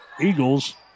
Eagles